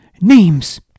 Names